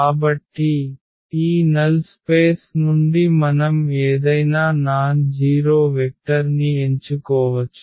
కాబట్టి ఈ null space నుండి మనం ఏదైనా నాన్ జీరో వెక్టర్ ని ఎంచుకోవచ్చు